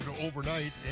overnight